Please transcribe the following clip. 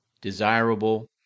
desirable